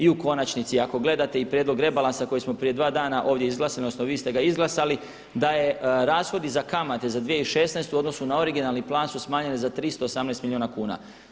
I u konačnici ako gledate i prijedlog rebalansa koji smo prije dva dana ovdje izglasali, odnosno vi ste ga izglasali da je rashodi za kamate za 2016. u odnosu na originalni plan su smanjene za 318 milijuna kuna.